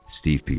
Steve